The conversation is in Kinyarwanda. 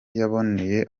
yaboneye